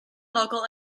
local